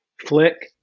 flick